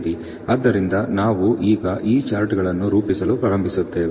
ಆದ್ದರಿಂದ ನಾವು ಈಗ ಈ ಚಾರ್ಟ್ಗಳನ್ನು ರೂಪಿಸಲು ಪ್ರಾರಂಭಿಸುತ್ತೇವೆ